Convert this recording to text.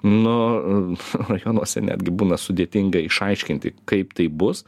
nu rajonuose netgi būna sudėtinga išaiškinti kaip tai bus